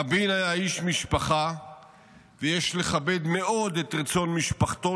רבין היה איש משפחה ויש לכבד מאוד את רצון משפחתו,